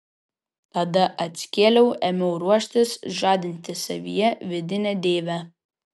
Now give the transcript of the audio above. tada atsikėliau ėmiau ruoštis žadinti savyje vidinę deivę